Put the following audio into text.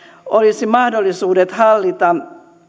olisi mahdollisuudet hallita